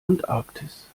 antarktis